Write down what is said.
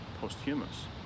posthumous